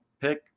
pick